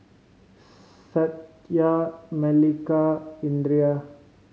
Satya Milkha Indira